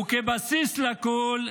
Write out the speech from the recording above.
וכבסיס לכול,